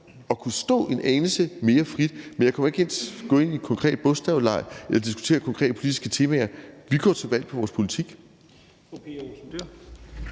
at kunne stå en anelse mere frit, men jeg kommer ikke til at gå ind i konkrete bogstavlege eller diskutere konkrete politiske temaer. Vi går til valg på vores politik.